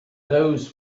there